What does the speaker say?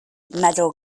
medal